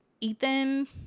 Ethan